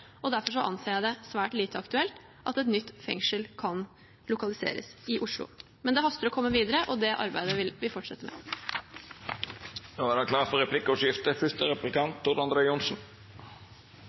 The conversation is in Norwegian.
Derfor anser jeg det svært lite aktuelt at et nytt fengsel kan lokaliseres i Oslo. Men det haster å komme videre, og det arbeidet vil vi fortsette